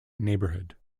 neighborhood